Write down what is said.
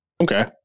okay